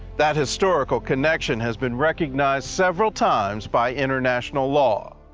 that historical connection has been recognized several times by international law.